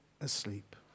asleep